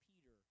Peter